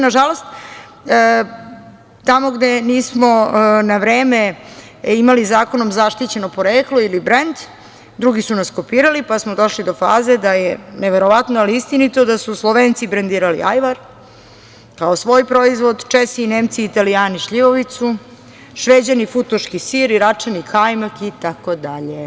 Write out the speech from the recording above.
Nažalost, tamo gde nismo na vreme imali zakonom zaštićeno poreklo ili brend drugi su nas kopirali pa smo došli do faze da je, neverovano ali istinito, da su Slovenci brendirali ajvar kao svoj proizvod, Česi, Nemci, Italijani šljivovicu, Šveđani futoški sir, Iračani kajmak, itd.